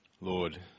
Lord